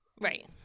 Right